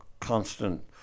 constant